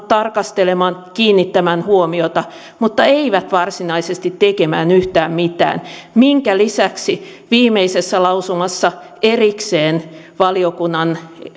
tarkastelemaan kiinnittämään huomiota mutta eivät varsinaisesti tekemään yhtään mitään minkä lisäksi viimeisessä lausumassa erikseen valiokunnan